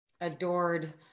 adored